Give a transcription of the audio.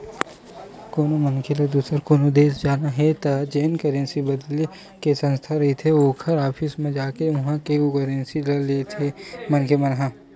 कोनो मनखे ल दुसर कोनो देस जाना हे त जेन करेंसी बदले के संस्था रहिथे ओखर ऑफिस म जाके उहाँ के करेंसी ल ले लेथे मनखे मन ह